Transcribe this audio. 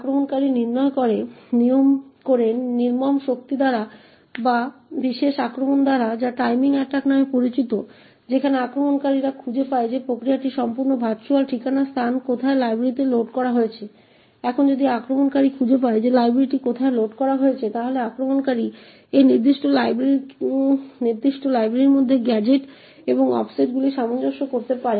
এখন মনে রাখবেন যে প্রতিবার আপনি এই বিশেষ প্রোগ্রামটি সংকলন করার সময় s এর এড্রেসসে সামান্য পার্থক্য থাকতে পারে এবং ব্যবহারকারীর স্ট্রিং এর এড্রেসে অন্যান্য ছোটখাটো পার্থক্য থাকতে পারে